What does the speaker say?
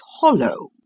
hollow